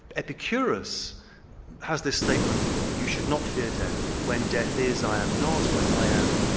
epicurus has this statement, you should not fear death, when death is i am not, when i am,